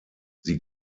sie